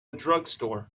drugstore